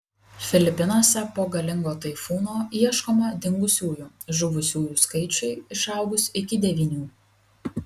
filipinuose po galingo taifūno ieškoma dingusiųjų žuvusiųjų skaičiui išaugus iki devynių